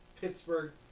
Pittsburgh